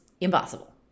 impossible